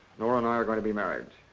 nora and i are going to be married.